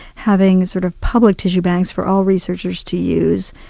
having sort of public tissue banks for all researchers to use,